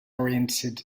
oriented